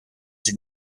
sie